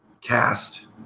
cast